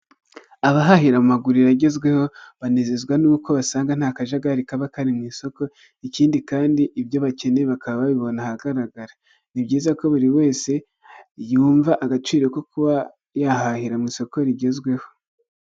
Abahahira amagururiro yagezweho, banezezwa nuko basanga nta kajagari kaba kari mu isoko, ikindi kandi ibyo bakene bakaba babibona ahagaragara. Ni byiza ko buri wese yumva agaciro ko kuba yahahira mu isoko rigezweho.